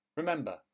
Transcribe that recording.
Remember